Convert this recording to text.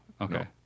Okay